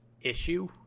issue